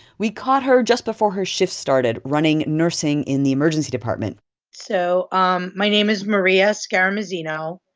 we caught her just before her shift started running nursing in the emergency department so um my name is maria scaramuzzino.